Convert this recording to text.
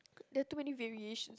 ya too many various